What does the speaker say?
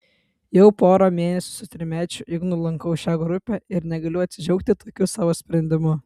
jau porą mėnesių su trimečiu ignu lankau šią grupę ir negaliu atsidžiaugti tokiu savo sprendimu